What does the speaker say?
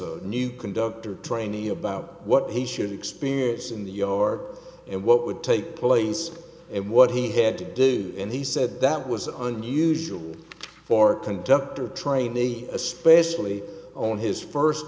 a new conductor trainee about what he should experience in the yard and what would take place and what he had to do and he said that was unusual for conductor trainee especially on his first